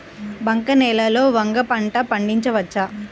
బంక నేలలో వంగ పంట పండించవచ్చా?